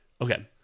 Okay